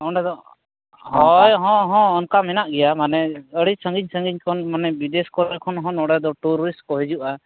ᱚᱸᱰᱮᱫᱚ ᱦᱳᱭ ᱦᱮᱸ ᱦᱮᱸ ᱚᱱᱠᱟ ᱢᱮᱱᱟᱜ ᱜᱮᱭᱟ ᱢᱟᱱᱮ ᱟᱹᱰᱤ ᱥᱟᱺᱜᱤᱧᱼᱥᱟᱺᱜᱤᱧ ᱠᱷᱚᱱ ᱢᱟᱱᱮ ᱵᱤᱫᱮᱥ ᱠᱚᱨᱮ ᱠᱷᱚᱱᱦᱚᱸ ᱱᱚᱰᱮᱫᱚ ᱴᱩᱨᱤᱥ ᱠᱚ ᱦᱤᱡᱩᱜᱼᱟ